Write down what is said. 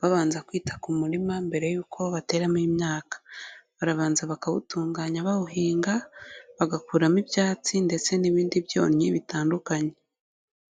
babanza kwita ku murima mbere y'uko bateramo imyaka, barabanza bakawutunganya bawuhinga, bagakuramo ibyatsi ndetse n'ibindi byonnyi bitandukanye.